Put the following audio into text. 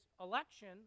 election